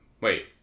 Wait